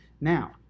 Now